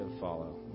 follow